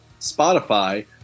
Spotify